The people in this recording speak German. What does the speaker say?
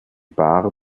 bar